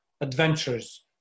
adventures